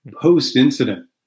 Post-incident